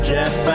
Jeff